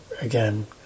again